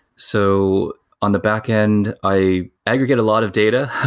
so on the backend, i aggregate a lot of data.